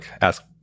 ask